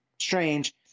strange